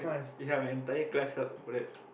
ya my entire class help for that